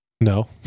No